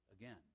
again